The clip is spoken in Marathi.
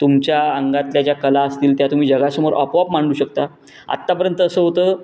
तुमच्या अंगातल्या ज्या कला असतील त्या तुम्ही जगासमोर आपोआप मांडू शकता आत्तापर्यंत असं होतं